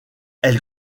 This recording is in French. elle